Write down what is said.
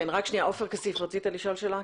רק שנייה עופר כסיף, רצית לשאול שאלה.